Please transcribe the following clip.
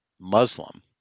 Muslim